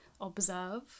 observe